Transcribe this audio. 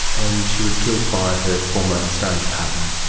and she was killed by her former estranged partner?